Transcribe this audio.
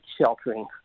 sheltering